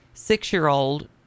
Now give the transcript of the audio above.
six-year-old